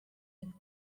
that